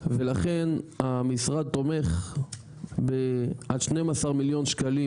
ולכן המשרד תומך בעד 12 מיליון שקלים